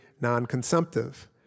non-consumptive